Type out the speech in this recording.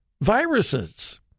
viruses